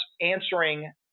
answering